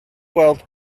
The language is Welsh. gweld